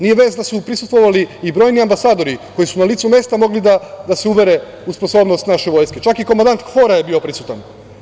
Nije vest da su prisustvovali i brojni ambasadori koji su na licu mesta da se uvere u sposobnost naše vojske, čak i komandant KFOR-a je bio prisutan.